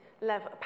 level